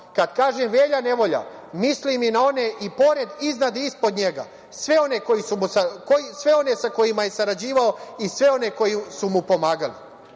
Kad kažem Velja Nevolja, mislim i na one pored, iznad i ispod njega, sve one sa kojima je sarađivao i sve one koji su mu pomagali. Mi